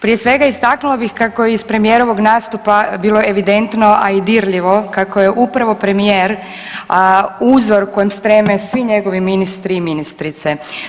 Prije svega istaknula bih kako je iz premijerovog nastupa bilo evidentno, a i dirljivo kako je upravo premijer uzor kojem streme svi njegovi ministri i ministrice.